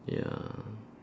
ya